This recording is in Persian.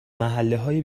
محلههای